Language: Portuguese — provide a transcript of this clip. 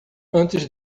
antes